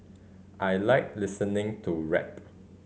I like listening to rap